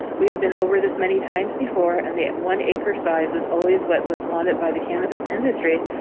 we have been over this many times before and the one acre size was always what was wanted by the cannabis industry,